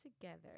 together